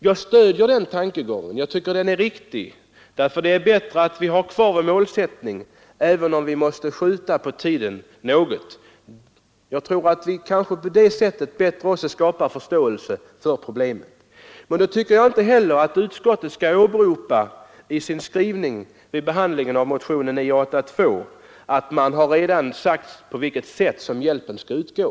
Jag stöder detta, och jag tycker att det är riktigt — det är bättre att vi har målsättningen kvar, även om vi måste skjuta på tidpunkten för dess uppfyllande. På det sättet kan vi kanske också skapa en större förståelse för problemen. Men då tycker jag inte heller utskottet i sin skrivning över motionen 982 skall åberopa vad som sagts om det sätt på vilken hjälpen skall utgå.